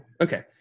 Okay